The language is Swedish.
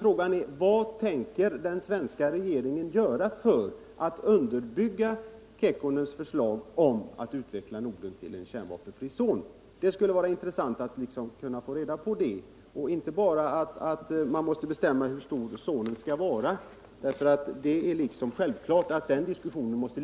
Frågan är vad den svenska regeringen ämnar göra för att underbygga president Kekkonens förslag om att utveckla Norden till en kärnvapenfri zon. Det vore intressant att få reda på det och inte bara få höra att man måste bestämma hur stor zonen skall vara. Det är självklart att den diskussionen måste